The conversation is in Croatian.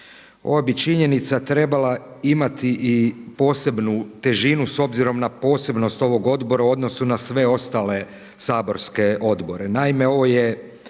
Ova bi činjenica trebala imati i posebnu težinu s obzirom na posebnost ovog odbora u odnosu na sve ostale saborske odbore.